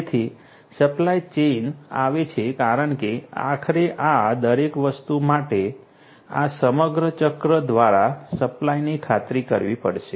તેથી supply chain આવે છે કારણ કે આખરે આ દરેક વસ્તુ માટે આ સમગ્ર ચક્ર દ્વારા સપ્લાયની ખાતરી કરવી પડશે